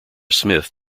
smith